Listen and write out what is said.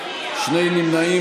שני נמנעים,